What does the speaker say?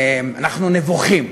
אנחנו נבוכים,